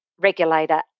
regulator